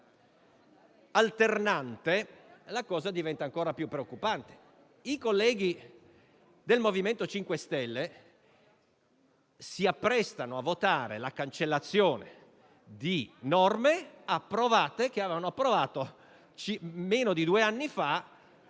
alternante, la cosa diventa ancora più preoccupante. I colleghi del MoVimento 5 Stelle si apprestano a votare la cancellazione di norme che hanno approvato meno di due anni fa,